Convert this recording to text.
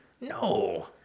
No